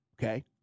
okay